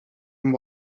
and